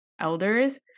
elders